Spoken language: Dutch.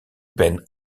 ben